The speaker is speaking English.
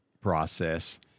process